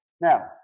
Now